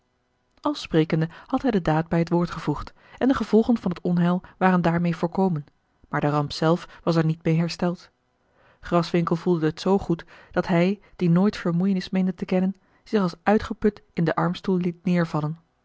al sprekende had hij de daad bij het woord gevoegd en de gevolgen van het onheil waren daarmeê voorkomen maar de ramp zelf was er niet meê hersteld graswinckel voelde het zoo goed dat hij die nooit vermoeienis meende te kennen zich als uitgeput in den armstoel liet neêrvallen